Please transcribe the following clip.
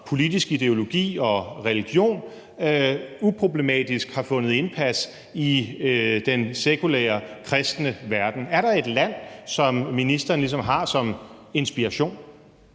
politisk ideologi og religion uproblematisk har vundet indpas i den sekulære kristne verden. Er der et land, som ministeren ligesom har som inspiration?